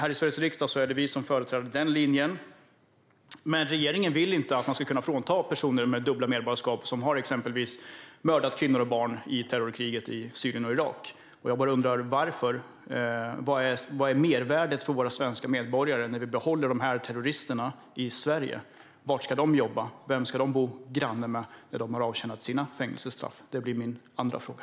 Här i Sveriges riksdag är det vi som företräder denna linje, men regeringen vill inte att man ska kunna frånta personer med dubbelt medborgarskap som exempelvis har mördat kvinnor och barn i terrorkriget i Syrien och Irak det ena medborgarskapet. Jag bara undrar: Varför? Vad är mervärdet för våra svenska medborgare när vi behåller de här terroristerna i Sverige? Var ska de jobba? Vem ska de bo granne med när de har avtjänat sina fängelsestraff? Det blir min andra fråga.